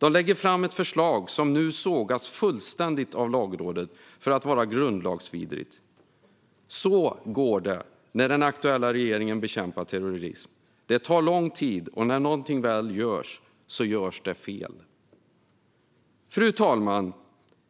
Man lägger fram ett förslag som sågas fullständigt av Lagrådet för att det är grundlagsvidrigt. Så går det när den aktuella regeringen bekämpar terrorism: Det tar lång tid, och när man väl gör något gör man det fel. Fru talman!